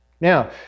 Now